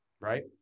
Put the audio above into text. right